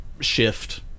shift